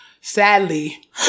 sadly